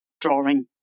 Drawing